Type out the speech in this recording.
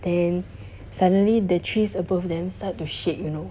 and suddenly the trees above them start to shake you know